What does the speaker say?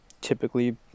typically